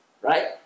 right